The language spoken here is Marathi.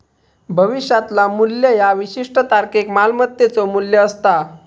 भविष्यातला मू्ल्य ह्या विशिष्ट तारखेक मालमत्तेचो मू्ल्य असता